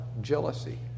jealousy